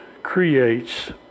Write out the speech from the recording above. creates